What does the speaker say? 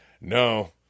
No